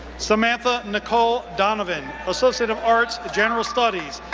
samantha nicole donovan, associate of arts, general studies,